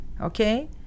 okay